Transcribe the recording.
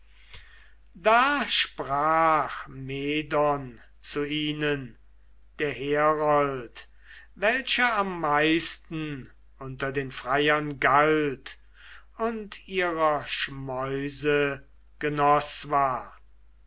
da sprach medon zu ihnen der herold welcher am meisten unter den freiern galt und ihrer schmäuse genoß war